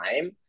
time